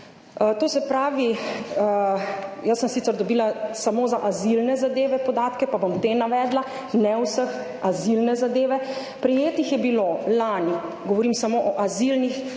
To se pravi, jaz sem sicer dobila samo za azilne zadeve podatke, pa bom te navedla, ne o vseh, azilne zadeve. Prejetih je bilo lani, govorim samo o azilnih nujnih